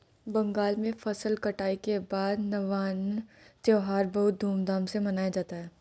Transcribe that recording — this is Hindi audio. बंगाल में फसल कटाई के बाद नवान्न त्यौहार बहुत धूमधाम से मनाया जाता है